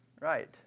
Right